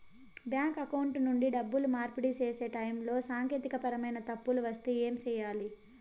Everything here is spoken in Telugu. బ్యాంకు అకౌంట్ నుండి డబ్బులు మార్పిడి సేసే టైములో సాంకేతికపరమైన తప్పులు వస్తే ఏమి సేయాలి